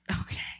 Okay